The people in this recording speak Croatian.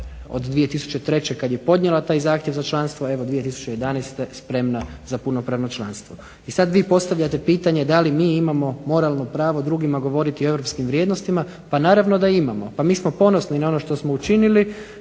od 2003. kad je podnijela taj zahtjev za članstvo, evo 2011. spremna za punopravno članstvo. I sad vi postavljate pitanje da li mi imamo moralno pravo drugima govoriti o europskim vrijednostima. Pa naravno da imamo. Pa mi smo ponosni na ono što smo učinili,